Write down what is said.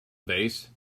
base